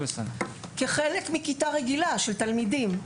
כחלק מכיתה רגילה של תלמידים.